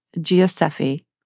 Giuseppe